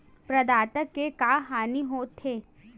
प्रदाता के का हानि हो थे?